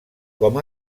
com